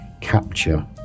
capture